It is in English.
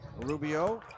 Rubio